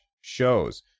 shows